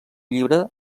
llibre